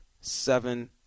seven